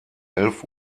elf